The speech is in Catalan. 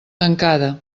tancada